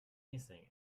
missing